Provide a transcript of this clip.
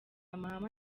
amahame